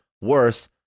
worse